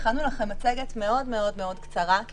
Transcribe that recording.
הכנו לכם מצגת מאוד מאוד מאוד קצרה כי